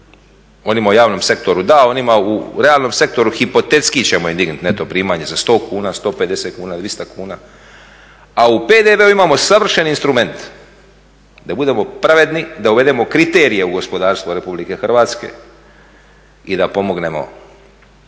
onima u javnom sektoru da onima u realnom sektoru hipotetski ćemo im dignuti neto primanje za 100 kuna, 150 kuna, 200 kuna a u PDV-u imamo savršeni instrument da budemo pravedni, da uvedemo kriterije u gospodarstvo Republike Hrvatske i da pomognemo